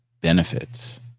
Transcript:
benefits